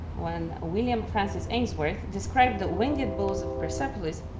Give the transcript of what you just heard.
one william francis ainsworth described the winged bulls of persepolis